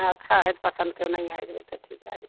हाँ अच्छा है पसंद क्यों नहीं आएगा बेटा ठीक है